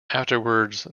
afterwards